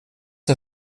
der